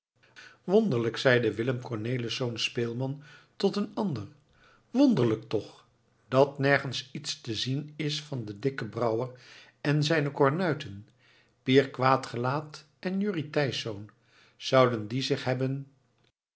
wonderlijk zeide willem cornelisz speelman tot een ander wonderlijk toch dat nergens iets te zien is van den dikken brouwer en zijne kornuiten pier quaet gelaet en jurrie thijsz zouden die zich hebben